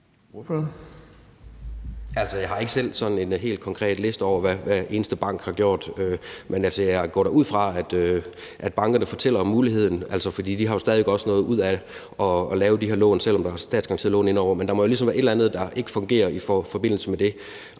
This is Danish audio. har ikke selv sådan en helt konkret liste over, hvad hver eneste bank har gjort, men jeg går da ud fra, at bankerne fortæller om muligheden, for de får jo stadig væk også noget ud af at lave de her lån, selv om der er statsgaranti inde over det. Men der må jo ligesom være et eller andet, der ikke fungerer i forbindelse med det.